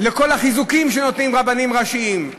לכל החיזוקים שנותנים הרבנים הראשיים.